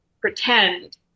pretend